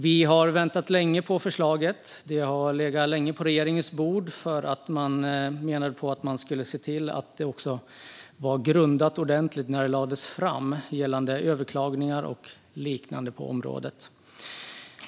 Vi har väntat länge på förslaget. Det har legat länge på regeringens bord, för man menade att man skulle se till att det var ordentligt grundat när det lades fram och överklaganden och liknande hade gåtts igenom.